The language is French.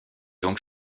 donc